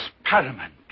experiment